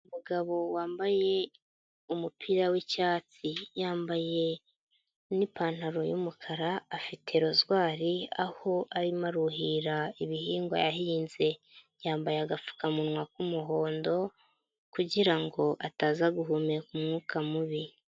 Umugabo wambaye umupira w'icyatsi. Yambaye n'ipantaro y'umukara afite rozwari, aho arimo aruhira ibihingwa yahinze. Yambaye agapfukamunwa k'umuhondo kugira ngo ataza guhumeka umwuka mubi.